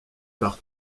par